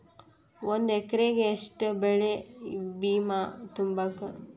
ಒಂದ್ ಎಕ್ರೆಗ ಯೆಷ್ಟ್ ಬೆಳೆ ಬಿಮಾ ತುಂಬುಕು?